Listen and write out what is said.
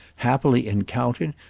happily encountered,